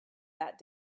that